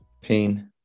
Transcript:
Pain